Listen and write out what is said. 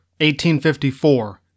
1854